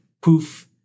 poof